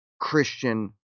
Christian